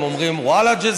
הם אומרים: ולג'ה,